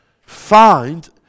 find